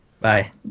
Bye